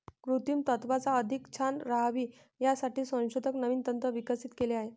कृत्रिम त्वचा अधिक छान राहावी यासाठी संशोधक नवीन तंत्र विकसित केले आहे